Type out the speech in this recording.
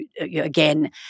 again